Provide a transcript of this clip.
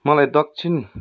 मलाई दक्षिण